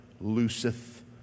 looseth